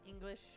English